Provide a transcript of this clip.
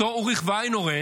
אותם אוריך ואיינהורן,